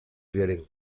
violín